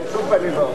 בשום פנים ואופן.